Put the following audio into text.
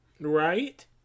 Right